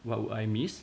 what would I miss